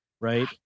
Right